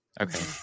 Okay